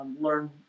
learn